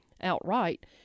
outright